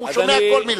הוא שומע כל מלה.